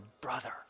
brother